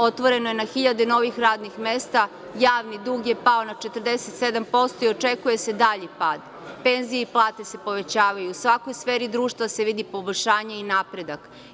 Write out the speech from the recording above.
Otvoreno je na hiljade novih radnih mesta, javni dug je pao na 47% i očekuje se dalji pad, penzije i plate se povećavaju, u svakoj sferi društva se vidi poboljšanje i napredak.